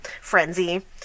frenzy